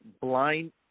blind –